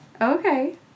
Okay